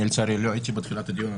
לצערי לא הייתי בתחילת הדיון,